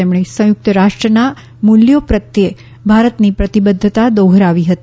તેમણે સંયુક્ત રાષ્ટ્રના મૂલ્યો પ્રત્યે ભારતની પ્રતિબદ્રતા દોહરાવી હતી